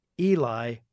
Eli